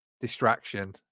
distraction